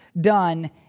done